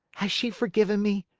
has she forgiven me?